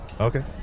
okay